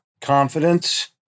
confidence